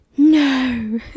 no